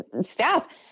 staff